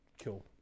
Cool